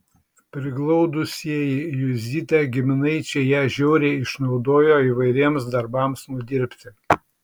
priglaudusieji juzytę giminaičiai ją žiauriai išnaudojo įvairiems darbams nudirbti